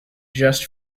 just